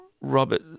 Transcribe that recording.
Robert